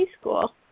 school